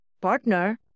partner